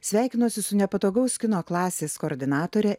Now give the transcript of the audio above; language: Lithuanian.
sveikinosi su nepatogaus kino klasės koordinatorė